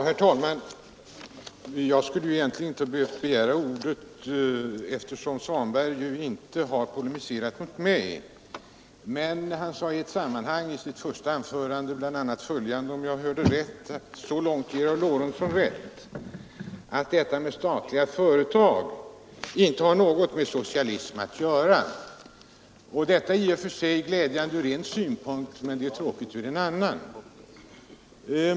Herr talman! Jag skulle egentligen inte ha behövt begära ordet, eftersom herr Svanberg nu inte har polemiserat mot mig. Men han sade i ett sammanhang i sitt första anförande bl.a. om jag hörde rätt, att han så långt ger mig rätt att de statliga företagen inte har något med socialism att göra. Detta är i och för sig glädjande från en synpunkt men tråkigt från en annan.